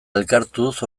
elkartuz